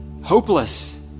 hopeless